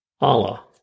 Allah